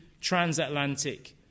transatlantic